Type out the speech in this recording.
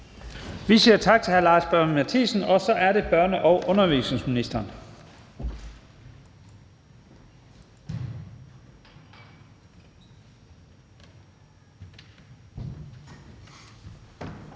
Vi siger tak til hr. Lars Boje Mathiesen. Og så er det børne- og undervisningsministeren.